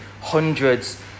hundreds